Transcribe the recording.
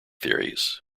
theories